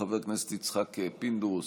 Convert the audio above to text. חבר הכנסת יצחק פינדרוס,